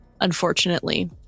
unfortunately